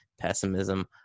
pessimism